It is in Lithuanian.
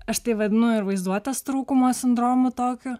aš tai vadinu ir vaizduotės trūkumo sindromu tokiu